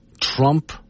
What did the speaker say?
Trump